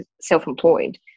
self-employed